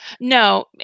No